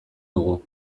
dugu